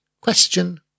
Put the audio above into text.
Question